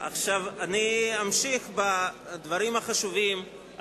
אני אמשיך בדברים החשובים,